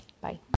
Bye